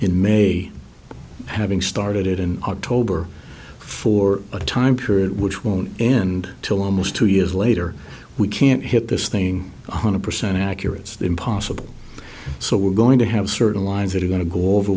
in may having started it in october for a time period which won't end till almost two years later we can't hit this thing one hundred percent accurate impossible so we're going to have certain lives that are going to go over